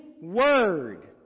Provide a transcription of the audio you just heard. word